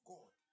God